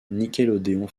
nickelodeon